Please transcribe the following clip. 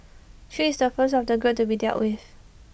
chew is the first of the group to be dealt with